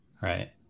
Right